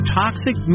toxic